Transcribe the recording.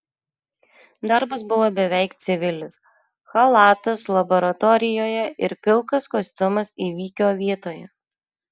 darbas buvo beveik civilis chalatas laboratorijoje ir pilkas kostiumas įvykio vietoje